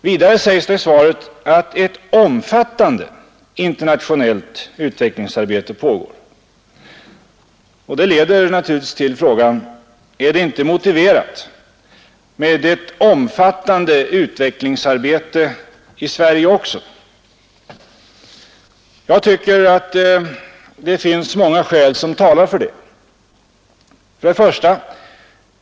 Vidare sägs i svaret att ett omfattande internationellt utveck lingsarbete pågår. Det leder till frågan: Är det inte motiverat med ett omfattande utvecklingsarbete i Sverige också? Jag tycker att det finns många skäl som talar för det: 1.